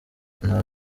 nta